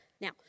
Now